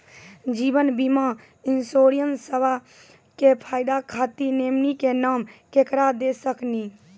जीवन बीमा इंश्योरेंसबा के फायदा खातिर नोमिनी के नाम केकरा दे सकिनी?